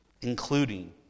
Including